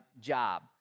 job